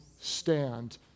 stand